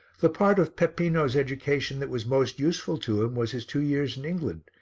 the part of peppino's education that was most useful to him was his two years in england,